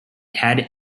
had